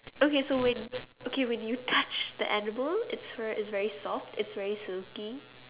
okay so when okay when you touch the animal it's fur is very soft it's very silky